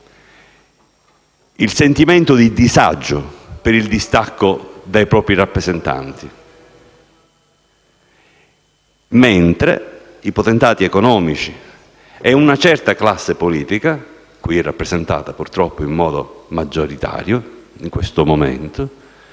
il sentimento di disagio per il distacco dai propri rappresentanti, mentre i potentati economici e una certa classe politica, qui rappresentata purtroppo in modo maggioritario, in questo momento,